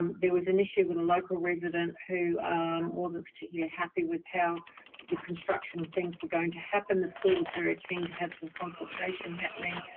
um there was an issue with a local resident who wasn't particularly happy with how the construction of things were going to happen. the school was very keen to have some consultation happening.